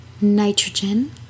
Nitrogen